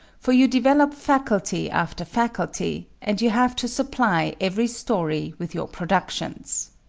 for you develop faculty after faculty and you have to supply every story with your productions.